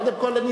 קודם כול,